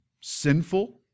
sinful